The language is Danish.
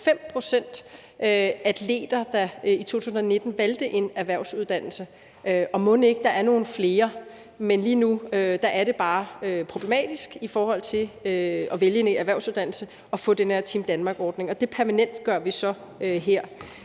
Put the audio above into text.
5 pct. atleter, der i 2019 valgte en erhvervsuddannelse, men mon ikke der er nogle flere, der gerne vil det? Lige nu er det bare problematisk, hvis man vælger en erhvervsuddannelse, at få den her Team Danmark-ordning, som vi så permanentgør her.